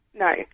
No